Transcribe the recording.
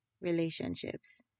relationships